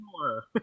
more